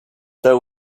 there